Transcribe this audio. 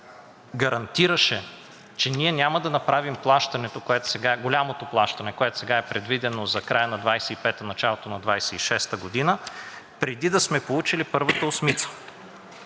гарантираше, че ние няма да направим плащането – голямото плащане, което сега е предвидено за края на 2025 г., началото на 2026 г. – преди да сме получили първата осмица.